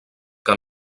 que